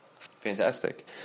Fantastic